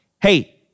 hey